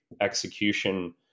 execution